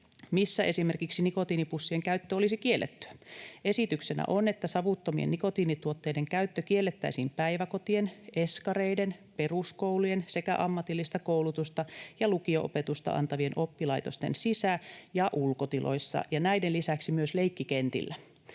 missä esimerkiksi nikotiinipussien käyttö olisi kiellettyä. Esityksenä on, että savuttomien nikotiinituotteiden käyttö kiellettäisiin päiväkotien, eskareiden, peruskoulujen sekä ammatillista koulutusta ja lukio-opetusta antavien oppilaitosten sisä- ja ulkotiloissa ja näiden lisäksi myös leikkikentillä.